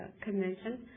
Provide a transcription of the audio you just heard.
convention